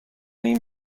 این